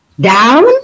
down